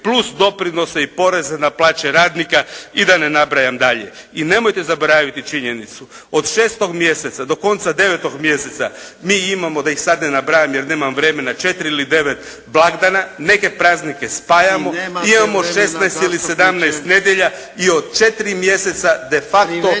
plus doprinose i poreze na plaće radnika i da ne nabrajam dalje. I nemojte zaboraviti činjenicu od 6. mjeseca do konca 9. mjeseca mi imamo, da ih sad ne nabrajam jer nemam vremena, 4 ili 9 blagdana, neke praznike spajamo, imamo 16 ili 17 nedjelja i od 4 mjeseca de facto